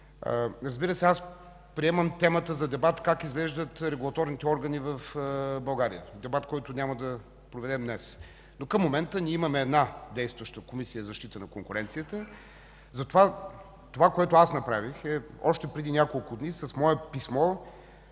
Разбира се, аз приемам темата за дебат как изглеждат регулаторните органи в България, дебат, който няма да проведем днес. Но към момента ние имаме действаща Комисия за защита на конкуренцията. Какво направих аз? Още преди няколко дни с мое писмо